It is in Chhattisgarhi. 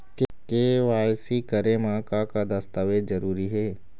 के.वाई.सी करे म का का दस्तावेज जरूरी हे?